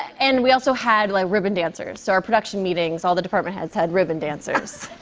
and we also had ribbon dancers. so our production meetings, all the department heads had ribbon dancers.